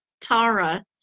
Tara